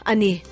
Ani